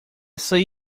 sair